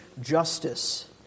justice